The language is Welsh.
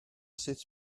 sut